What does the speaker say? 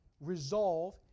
resolve